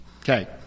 okay